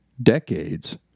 Decades